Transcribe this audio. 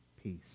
Peace